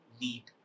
need